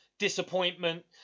disappointment